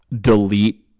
delete